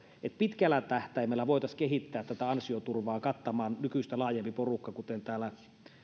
että pitkällä tähtäimellä voitaisiin kehittää tätä ansioturvaa kattamaan nykyistä laajempi porukka kuten täällä